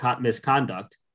misconduct